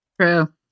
True